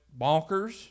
bonkers